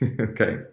Okay